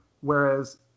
whereas